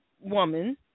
woman